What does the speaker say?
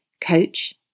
coach